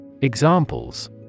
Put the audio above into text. Examples